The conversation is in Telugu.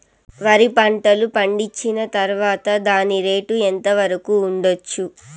వరి పంటలు పండించిన తర్వాత దాని రేటు ఎంత వరకు ఉండచ్చు